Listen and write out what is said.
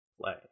play